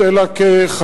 אדוני היושב-ראש,